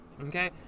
okay